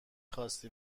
خاستی